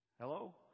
Hello